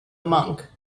monk